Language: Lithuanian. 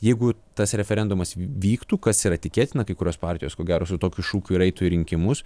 jeigu tas referendumas vyktų kas yra tikėtina kai kurios partijos ko gero su tokiu šūkiu ir eitų į rinkimus